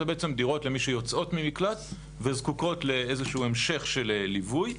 שאלה דירות למי שיוצאות למקלט וזקוקות לאיזשהו המשך של ליווי.